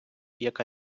яка